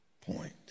point